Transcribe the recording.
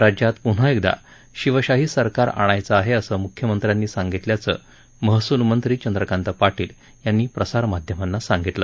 राज्यात पुन्हा एकदा शिवशाही सरकार आणायचं आहे असं म्ख्यमंत्र्यांनी सांगितल्याचं महस्लमंत्री चंद्रकांत पाटील यांनी प्रसारमाध्यमांना सांगितलं